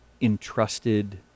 entrusted